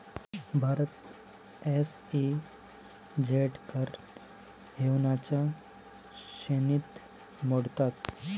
भारतात एस.ई.झेड कर हेवनच्या श्रेणीत मोडतात